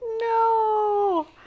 No